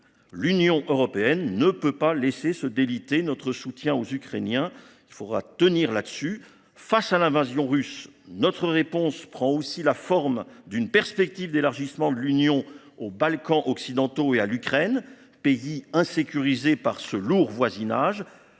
L’Union européenne ne peut pas laisser se déliter notre soutien aux Ukrainiens ; tenons sur ce point ! Face à l’invasion russe, notre réponse consiste à offrir une perspective d’élargissement de l’Union aux Balkans occidentaux et à l’Ukraine, pays insécurisés par un lourd voisinage…